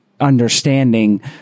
understanding